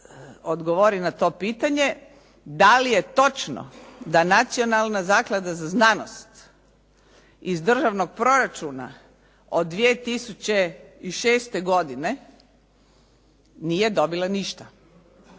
odgovori na to pitanje da li je točno da Nacionalna zaklada za znanost iz Državnog proračuna od 2006. godine nije dobila ništa,